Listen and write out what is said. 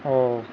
oh